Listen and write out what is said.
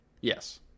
yes